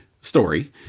story